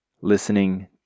Listening